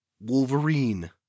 Wolverine